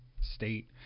state